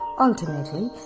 Ultimately